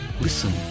Listen